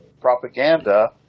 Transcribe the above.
propaganda